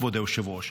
כבוד היושב-ראש,